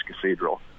Cathedral